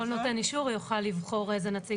כל נותן אישור יוכל לבחור איזה נציג